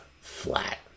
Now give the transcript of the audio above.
flat